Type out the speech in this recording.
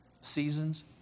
seasons